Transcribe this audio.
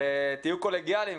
תהיו קולגיאליים,